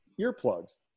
earplugs